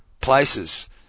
places